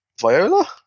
Viola